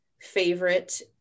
favorite